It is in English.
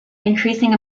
increasing